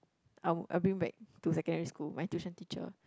I would I'll bring back to secondary school my tuition teacher